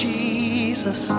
Jesus